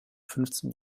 fünfzehnten